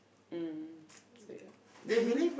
mm so yeah